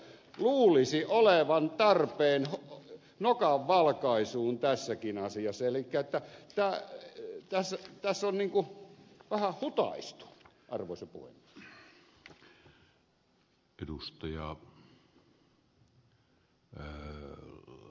luulisi olevan tarpeen nokan valkaisuun tässäkin asiassa elikkä tässä on vähän niin kuin hutaistu arvoisa puhemies